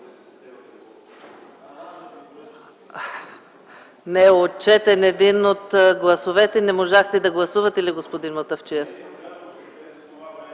Не е отчетен един от гласовете. Не можахте да гласувате ли, господин Мутафчиев?